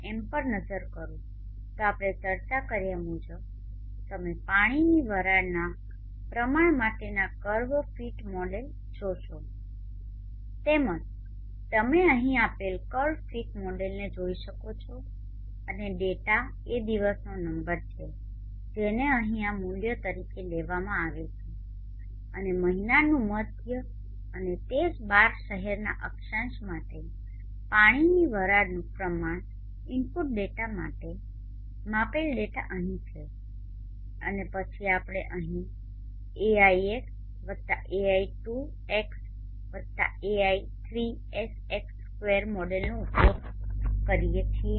m પર નજર કરું તો આપણે ચર્ચા કર્યા મુજબ તમે પાણીની વરાળના પ્રમાણ માટેના કર્વ ફીટ મોડેલ જોશો તેવી જ રીતે તમે અહીં આપેલ કર્વ ફીટ મોડેલને જોઈ શકો છો અને ડેટા એ દિવસનો નંબર છે જેને અહી આ મુલ્યો તરીકે લેવામાં આવે છે અને મહિનાનુ મધ્ય અને તે જ 12 શહેરોના અક્ષાંશ માટે અને પાણીની વરાળનુ પ્રમાણ ઇનપુટ ડેટા માટે માપેલ ડેટા અહીં છે અને પછી આપણે અહી ai1 ai2xai3sx2 મોડેલનો ઉપયોગ કરીએ છીએ